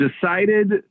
Decided